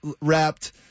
wrapped